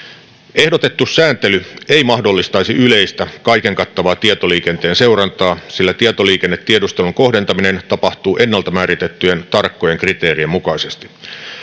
ehdotettu sääntely ei mahdollistaisi yleistä kaiken kattavaa tietoliikenteen seurantaa sillä tietoliikennetiedustelun kohdentaminen tapahtuu ennalta määritettyjen tarkkojen kriteerien mukaisesti